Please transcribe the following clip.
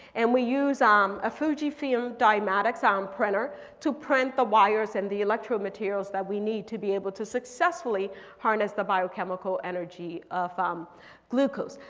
and we use um a fuji film dynamics sound um printer to print the wires and the electro materials that we need to be able to successfully harness the biochemical energy of um glucose.